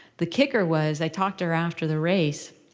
the kicker was i talked to her after the race.